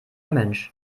mensch